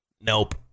nope